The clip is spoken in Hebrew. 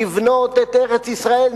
לבנות את ארץ-ישראל,